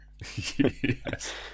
Yes